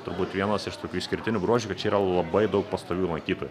turbūt vienas iš tokių išskirtinių bruožių bet čia yra labai daug pastovių lankytojų